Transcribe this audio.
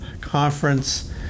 Conference